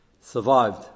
survived